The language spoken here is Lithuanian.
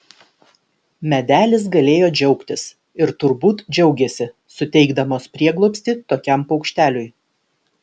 medelis galėjo džiaugtis ir turbūt džiaugėsi suteikdamas prieglobstį tokiam paukšteliui